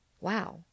Wow